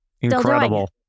incredible